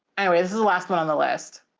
and is the last one on the list.